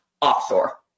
offshore